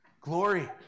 Glory